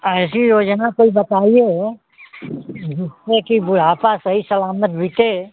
ऐसी योजना कोई बताइए जिससे कि बुढ़ापा सही सलामत बीते